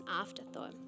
afterthought